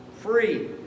Free